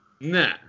no